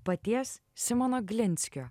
paties simono glinskio